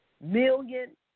million